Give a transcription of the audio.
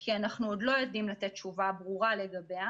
כי אנחנו עוד לא יודעים לתת תשובה ברורה לגבייה